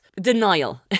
denial